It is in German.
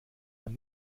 man